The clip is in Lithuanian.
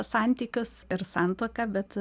santykius ir santuoką bet